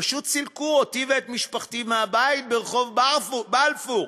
פשוט סילקו אותי ואת משפחתי מהבית ברחוב בלפור.